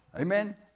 Amen